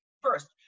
First